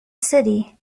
city